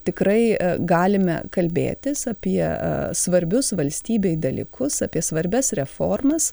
tikrai galime kalbėtis apie svarbius valstybei dalykus apie svarbias reformas